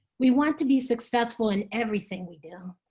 we want to be successful in everything we do.